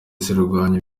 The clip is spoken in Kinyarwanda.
zirwanya